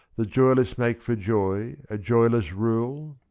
the joyless make for joy a joyless rule?